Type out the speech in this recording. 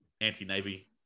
anti-navy